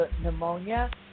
pneumonia